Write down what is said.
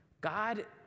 God